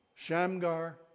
Shamgar